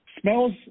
smells